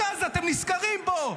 רק אז אתם נזכרים בו.